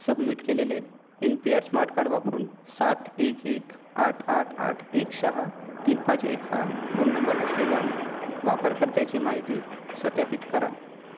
submit केलेले N P R smart card वापरून सात एक एक आठ आठ आठ एक सहा तीन पाच एक हा फोन नंबर असलेल्या वापरकर्त्याची माहिती सत्यापित करा